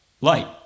light